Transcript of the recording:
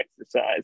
exercise